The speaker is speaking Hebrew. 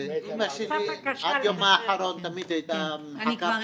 אמא שלי עד יומה האחרון תמיד הייתה מחכה,